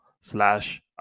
slash